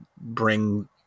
bring